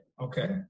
Okay